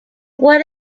what